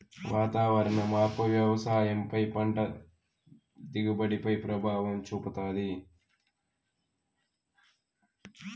వాతావరణ మార్పు వ్యవసాయం పై పంట దిగుబడి పై ప్రభావం చూపుతాది